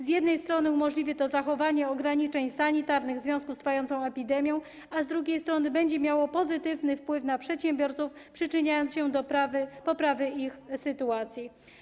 Z jednej strony umożliwi to zachowanie ograniczeń sanitarnych w związku z trwającą epidemią, a z drugiej strony będzie miało pozytywny wpływ na przedsiębiorców, przyczyniając się do poprawy ich sytuacji.